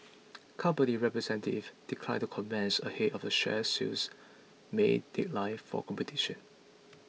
company representative declined the comments ahead of the share sale's May deadline for completion